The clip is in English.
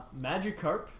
Magikarp